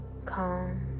calm